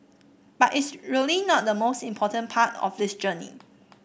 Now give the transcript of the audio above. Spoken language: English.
but it's really not the most important part of this journey